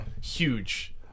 Huge